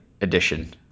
edition